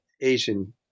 Asian